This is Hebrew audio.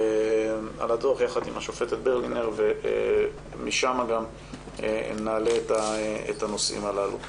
הדוח יחד עם השופטת ברלינר ושם גם נעלה את הנושאים הללו.